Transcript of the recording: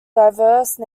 diverse